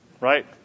right